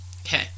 Okay